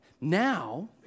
Now